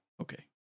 okay